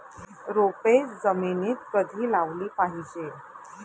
रोपे जमिनीत कधी लावली पाहिजे?